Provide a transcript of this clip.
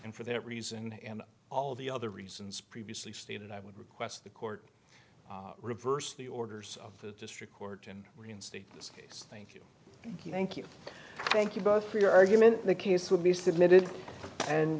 and for that reason and all the other reasons previously stated i would request the court reverse the orders of the district court and reinstate this case thank you thank you thank you both for your argument the case w